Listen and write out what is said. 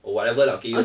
or whatever lah okay your